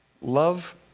love